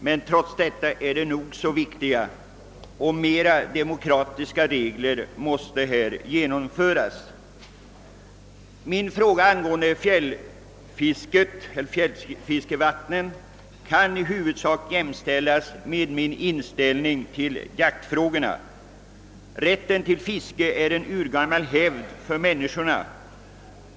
De är dock mycket viktiga, och mer demokratiska regler måste genomföras. Min inställning till frågan om fjällfiskevatten kan jämställas med min inställning till jaktfrågorna. Av urgammal hävd har människorna rätt till fiske.